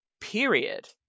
period